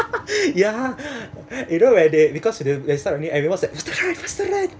ya you know when they because with the they start running everyone was like faster run faster run